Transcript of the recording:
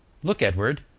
look, edward,